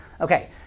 Okay